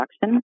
production